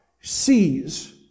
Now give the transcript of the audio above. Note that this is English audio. sees